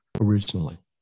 originally